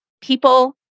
people